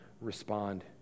respond